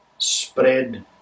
spread